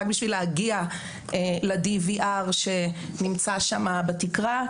רק בשביל להגיע ל-DVR שנמצא שם בתקרה,